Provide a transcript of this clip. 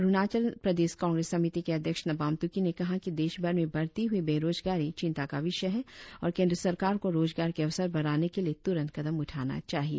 अरुणाचल प्रदेश कांग्रेस समिति के अध्यक्ष नाबम तुकी ने कहा कि देशभर में बढ़ती हुई बेरोजगारी चिंता का विषय है और केंद्र सरकार को रोजगार के अवसर बढ़ाने के लिए तुरंत कदम उठाना चाहिए